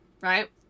Right